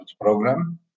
program